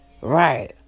Right